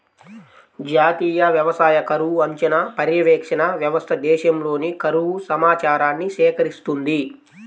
జాతీయ వ్యవసాయ కరువు అంచనా, పర్యవేక్షణ వ్యవస్థ దేశంలోని కరువు సమాచారాన్ని సేకరిస్తుంది